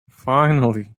finally